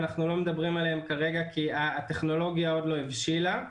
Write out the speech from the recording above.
אנחנו לא מדברים עליהם כרגע כי הטכנולוגיה עוד לא הבשילה,